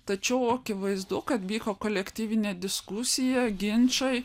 tačiau akivaizdu kad vyko kolektyvinė diskusija ginčai